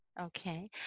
Okay